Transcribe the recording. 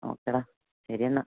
okay എടാ ശരി എന്നാൽ